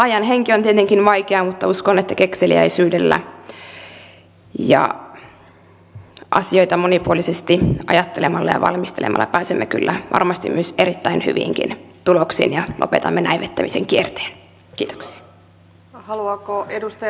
ajan henki on tietenkin vaikea mutta uskon että kekseliäisyydellä ja asioita monipuolisesti ajattelemalla ja valmistelemalla pääsemme kyllä varmasti myös erittäin hyviinkin tuloksiin ja lopetamme näivettämisen kierteen